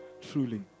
Truly